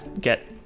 get